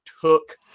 took